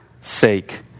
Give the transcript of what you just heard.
sake